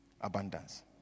abundance